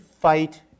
fight